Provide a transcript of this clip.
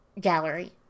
gallery